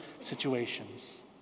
situations